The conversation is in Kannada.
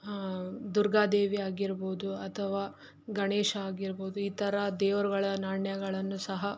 ದುರ್ಗಾದೇವಿ ಆಗಿರ್ಬೌದು ಅಥವಾ ಗಣೇಶ ಆಗಿರ್ಬೌದು ಈ ಥರ ದೇವರುಗಳ ನಾಣ್ಯಗಳನ್ನು ಸಹ